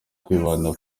kwibanda